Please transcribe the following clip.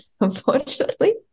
unfortunately